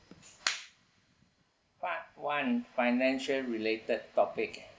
part one financial-related topic